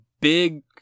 big